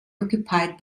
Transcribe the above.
occupied